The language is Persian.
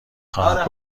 خواهد